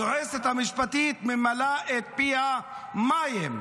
היועצת המשפטית ממלאה את פיה מים.